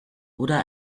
oder